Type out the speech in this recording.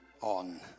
on